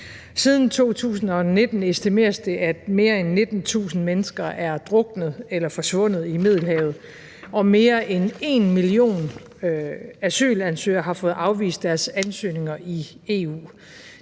Siden 2019 estimeres det, at mere end 19.000 mennesker er druknet i Middelhavet, og mere end en million asylansøgere har fået afvist deres ansøgninger i EU.